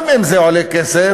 גם אם זה עולה כסף,